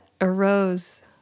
arose